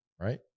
right